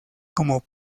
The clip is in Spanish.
como